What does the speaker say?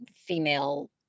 Female